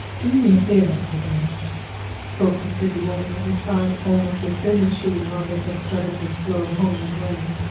do me a favor, robert, spoke the pretty woman at his side, almost as soon as she and robert had started their slow, homeward way.